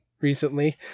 recently